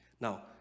now